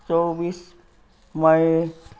चौबिस मे